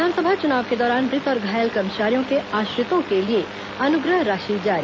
विधानसभा चुनाव के दौरान मृत और घायल कर्मचारियों के आश्रितों के लिए अनुग्रह राशि जारी